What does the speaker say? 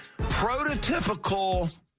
prototypical